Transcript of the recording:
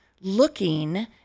looking